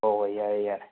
ꯍꯣꯏ ꯍꯣꯏ ꯌꯥꯔꯦ ꯌꯥꯔꯦ